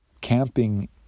camping